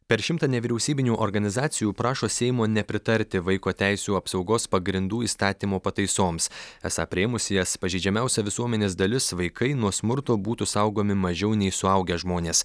per šimtą nevyriausybinių organizacijų prašo seimo nepritarti vaiko teisių apsaugos pagrindų įstatymo pataisoms esą priėmus jas pažeidžiamiausia visuomenės dalis vaikai nuo smurto būtų saugomi mažiau nei suaugę žmonės